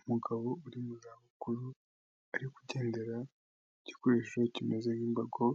Umugabo uri mu izabukuru ari kugendera ku gikoresho kimeze nk'imbago